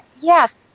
yes